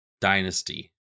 Dynasty